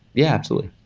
yeah, absolutely.